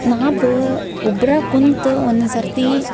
ನಾವು ಒಬ್ರೇ ಕುಂತು ಒಂದೊಂದು ಸರ್ತಿ